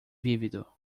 vívido